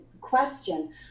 question